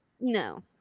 No